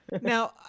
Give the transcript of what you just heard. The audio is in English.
Now